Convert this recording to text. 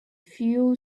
few